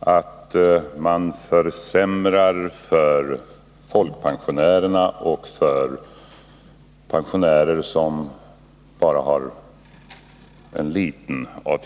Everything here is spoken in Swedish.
att man försämrar för folkpensionärerna och för pensionärer som bara har en liten ATP.